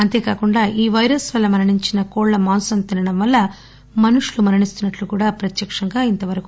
అంతేకాకుండా ఈ వైరస్ వల్ల మరణించిన కోళ్ళ మాంసం తినడం వల్ల మనుషులు మరణిస్తున్నట్టు కూడా ప్రత్యక